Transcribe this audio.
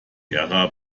gera